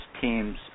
teams